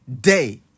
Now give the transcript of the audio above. day